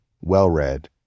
well-read